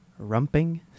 rumping